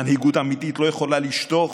מנהיגות אמיתית לא יכולה לשתוק